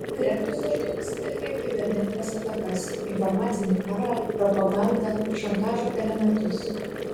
kremlius dažniai pasitelkia kibernetines atakas informacinį karą propagandą šantažo elementus